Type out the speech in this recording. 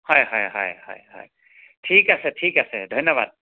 হয় হয় হয় হয় হয় ঠিক আছে ঠিক আছে ধন্যবাদ